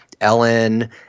Ellen